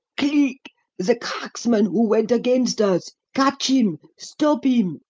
cleek the cracksman who went against us! catch him! stop him!